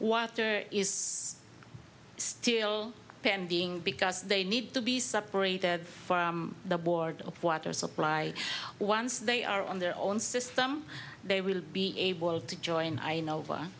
one is still pending because they need to be separated the board of water supply once they are on their own system they will be able to join i